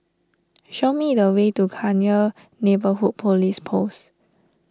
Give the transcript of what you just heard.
show me the way to Cairnhill Neighbourhood Police Post